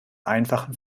einfachen